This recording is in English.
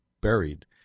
buried